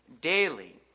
daily